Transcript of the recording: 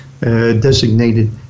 designated